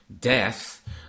death